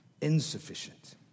insufficient